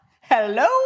Hello